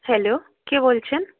hello কে বলছেন